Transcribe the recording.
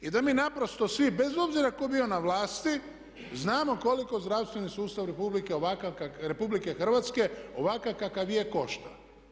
I da mi naprosto svi, bez obzira tko bio na vlasti, znamo koliko zdravstveni sustav RH ovakav kakav je košta.